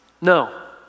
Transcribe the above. No